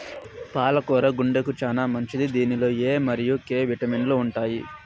పాల కూర గుండెకు చానా మంచిది దీనిలో ఎ మరియు కే విటమిన్లు ఉంటాయి